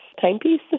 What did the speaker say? timepiece